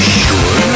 sure